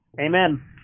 Amen